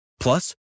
Plus